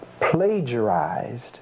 plagiarized